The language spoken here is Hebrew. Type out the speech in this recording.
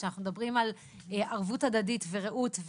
כשאנחנו מדברים על ערבות הדדית ורעות,